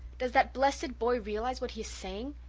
does that blessed boy realize what he is saying?